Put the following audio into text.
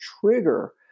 trigger